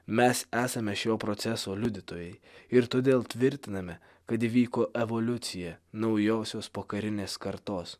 mes esame šio proceso liudytojai ir todėl tvirtiname kad įvyko evoliucija naujosios pokarinės kartos